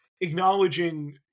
acknowledging